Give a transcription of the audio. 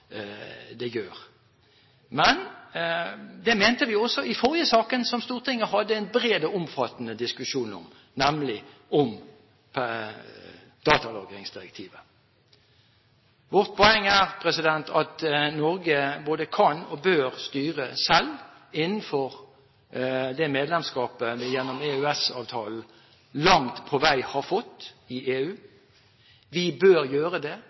det gjør. Men det mente vi også i den forrige saken, da Stortinget hadde en bred og omfattende diskusjon om datalagringsdirektivet. Vårt poeng er at Norge både kan og bør styre selv innenfor det medlemskapet vi gjennom EØS-avtalen langt på vei har fått i EU. Vi bør gjøre det